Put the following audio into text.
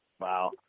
Wow